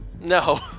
No